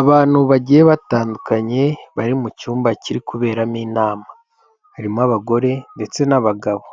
Abantu bagiye batandukanye, bari mu cyumba kiri kuberamo inama, harimo abagore ndetse n'abagabo,